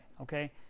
okay